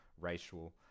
racial